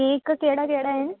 cake कहिड़ा कहिड़ा आहिनि